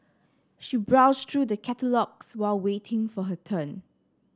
she browsed through the catalogues while waiting for her turn